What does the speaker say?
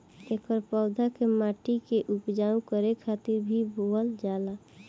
एकर पौधा के माटी के उपजाऊ करे खातिर भी बोअल जाला